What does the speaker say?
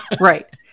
Right